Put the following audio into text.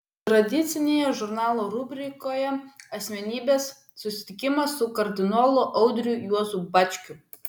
tradicinėje žurnalo rubrikoje asmenybės susitikimas su kardinolu audriu juozu bačkiu